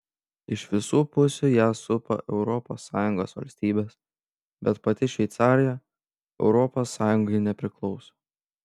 iš visų pusių ją supa europos sąjungos valstybės bet pati šveicarija europos sąjungai nepriklauso